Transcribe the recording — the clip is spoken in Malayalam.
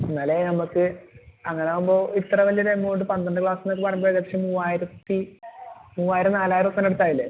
എന്നാലേ നമുക്ക് അങ്ങനെ ആകുമ്പോൾ വലിയൊരു അമൌണ്ട് പന്ത്രണ്ട് ക്ലാസ്സ് പറയുമ്പോൾ ഏകദേശം മൂവായിരത്തി മൂവായിരം നാലായിരം രൂപേന്റെ അടുത്തായില്ലെ